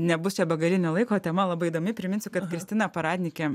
nebus čia begalinio laiko tema labai įdomi priminsiu kad kristina paradnikė